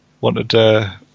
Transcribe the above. wanted